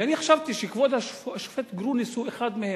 ואני חשבתי שכבוד השופט גרוניס הוא אחד מהם.